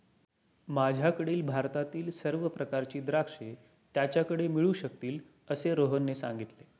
माझ्याकडील भारतातील सर्व प्रकारची द्राक्षे त्याच्याकडे मिळू शकतील असे रोहनने सांगितले